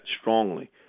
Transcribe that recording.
strongly